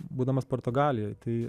būdamas portugalijoj tai